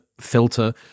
filter